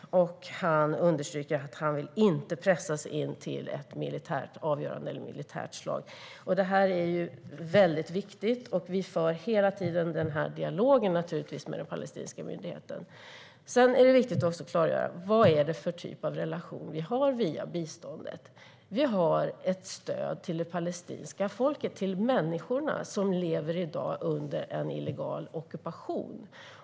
Han understryker också att han inte vill pressas in i ett militärt avgörande eller militärt slag. Detta är väldigt viktigt, och vi för naturligtvis den här dialogen med den palestinska myndigheten hela tiden. Det är också viktigt att klargöra vilken typ av relation vi har via biståndet. Vi har ett stöd till det palestinska folket, alltså till de människor som i dag lever under illegal ockupation.